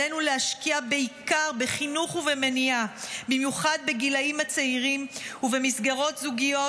עלינו להשקיע בעיקר בחינוך ובמניעה במיוחד בגילים הצעירים ובמסגרות זוגיות